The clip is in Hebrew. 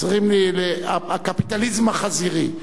הקפיטליזם החזירי.